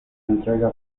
entrega